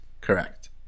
Correct